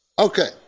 Okay